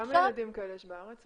כמה ילדים כאלה יש בארץ?